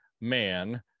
man